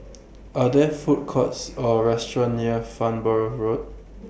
Are There Food Courts Or restaurants near Farnborough Road